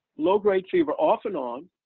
low-grade fever, off and on,